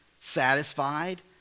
satisfied